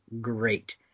great